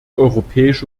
europäische